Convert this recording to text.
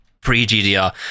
pre-GDR